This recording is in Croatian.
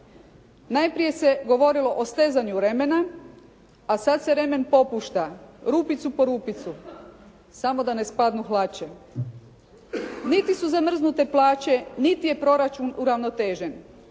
Najprije se govorilo o stezanju remena, a sada se remen popušta, rupicu po rupicu. Samo da ne spadnu hlače. Niti su zamrznute plaće, niti je proračun uravnotežen,